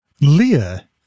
Leah